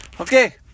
Okay